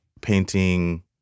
painting